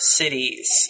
cities